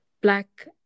black